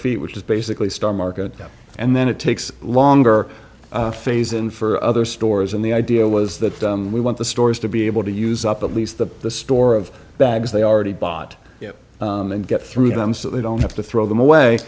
feet which is basically stock market and then it takes longer faison for other stores and the idea was that we want the stores to be able to use up at least that the store of bags they are already bought and get through them so they don't have to throw them away